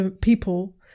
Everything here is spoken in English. people